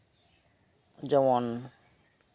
ᱡᱮᱢᱚᱱ